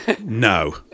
No